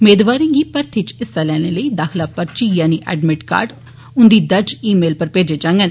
मेदवारे गी भर्थी च हिस्सा लैने लेई दाखला पर्ची यानी एडमिट कार्ड उन्दी दर्ज ई मेल पर भेजे जांगन